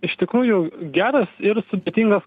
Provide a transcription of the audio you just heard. iš tikrųjų geras ir sudėtingas